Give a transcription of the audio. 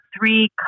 three